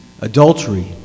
adultery